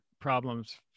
problems